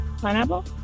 Pineapple